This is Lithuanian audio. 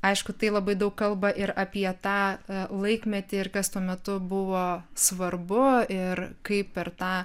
aišku tai labai daug kalba ir apie tą laikmetį ir kas tuo metu buvo svarbu ir kaip per tą